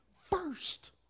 first